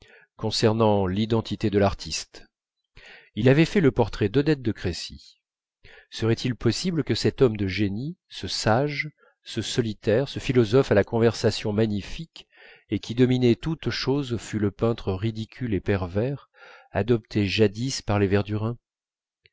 concernant l'identité de l'artiste il avait fait le portrait d'odette de crécy serait-il possible que cet homme de génie ce sage ce solitaire ce philosophe à la conversation magnifique et qui dominait toutes choses fût le peintre ridicule et pervers adopté jadis par les verdurin